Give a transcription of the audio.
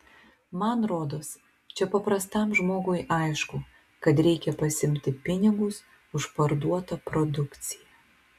man rodos čia paprastam žmogui aišku kad reikia pasiimti pinigus už parduotą produkciją